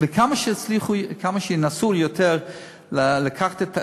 כמה שינסו יותר לקחת,